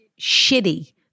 shitty